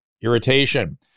irritation